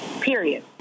Period